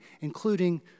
including